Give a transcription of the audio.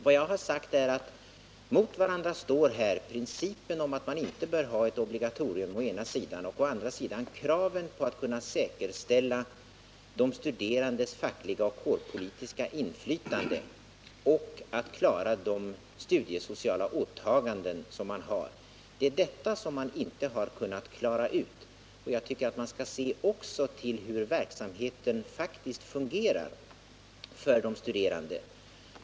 Vad jag sagt är att mot varandra står å ena sidan principen om att man inte bör ha ett obligatorium och å andra sidan kraven på att man skall kunna säkerställa de studerandes fackliga och kårpolitiska inflytande och klara de studiesociala åtaganden som man har. Det är detta som man inte har kunnat klara ut. Jag tycker att man också skall se till hur verksamheten faktiskt fungerar för de studerande.